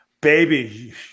baby